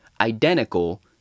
identical